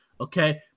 okay